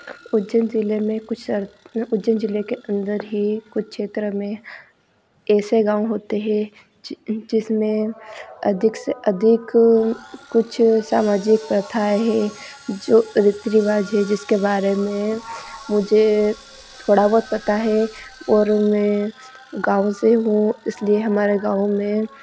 उज्जैन ज़िले में कुछ उज्जैन ज़िले के अन्दर ही कुछ क्षेत्र में ऐसे गाँव होते हैं जि जिसमें अधिक से अधिक कुछ सामाजिक प्रथा है जो रीति रिवाज हैं जिसके बारे में मुझे थोड़ा बहुत पता है और मैं गाँव से हूँ इसलिए हमारे गाँव में